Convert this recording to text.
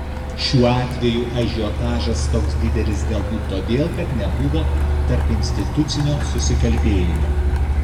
šiuo atveju ažiotažas toks didelis galbūt todėl kad nebuvo tarpinstitucinio susikalbėjimo